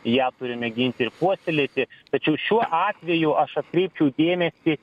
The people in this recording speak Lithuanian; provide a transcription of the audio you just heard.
ją turime ginti ir puoselėti tačiau šiuo atveju aš atkreipčiau dėmesį